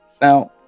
now